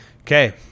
Okay